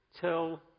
tell